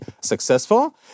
successful